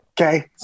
Okay